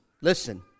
listen